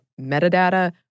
metadata